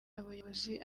abayobozi